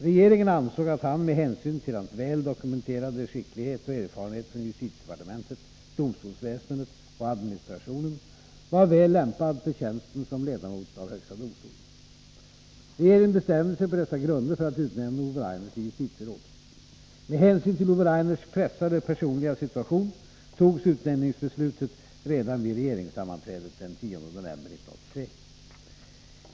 Regeringen ansåg att han, med hänsyn till hans väl dokumenterade skicklighet och erfarenhet från justitiedepartementet, domstolsväsendet och administrationen, var väl lämpad för tjänsten som ledamot av högsta domstolen. Regeringen bestämde sig på dessa grunder för att utnämna Ove Rainer till justitieråd. Med hänsyn till Ove Rainers pressade personliga situation togs utnämningsbeslutet redan vid regeringssammanträdet den 10 november 1983.